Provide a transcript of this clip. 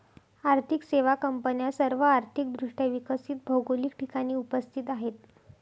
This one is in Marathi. आर्थिक सेवा कंपन्या सर्व आर्थिक दृष्ट्या विकसित भौगोलिक ठिकाणी उपस्थित आहेत